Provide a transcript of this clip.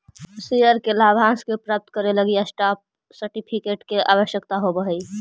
share के लाभांश के प्राप्त करे लगी स्टॉप सर्टिफिकेट के आवश्यकता होवऽ हइ